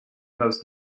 most